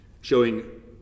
showing